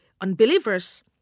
unbelievers